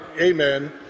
Amen